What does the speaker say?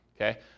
Okay